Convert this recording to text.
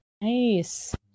Nice